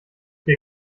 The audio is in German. dir